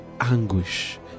anguish